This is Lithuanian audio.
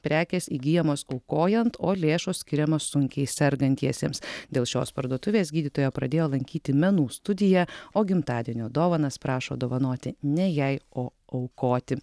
prekės įgyjamos aukojant o lėšos skiriamos sunkiai sergantiesiems dėl šios parduotuvės gydytoja pradėjo lankyti menų studiją o gimtadienio dovanas prašo dovanoti ne jai o aukoti